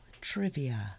Trivia